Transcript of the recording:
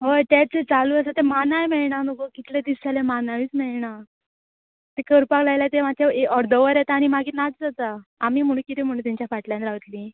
हय तेंच चालू आसा ते मानाय मेळना न्हू गो कितले दीस जाले मानायूत मेळना करपाक लायला ते मात्शें ए अर्द वर येता आनी मागीर नाच जाता आमी म्हुणू कितें म्हुणू तांच्या फाटल्यान रावतलीं